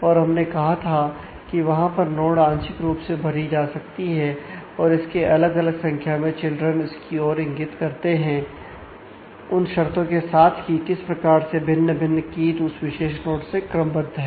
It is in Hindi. और हमने कहा था कि वहां पर नोड आंशिक रूप से भरी जा सकती है और इसके अलग अलग संख्या में चिल्ड्रन उस विशेष नोड में क्रमबद्ध है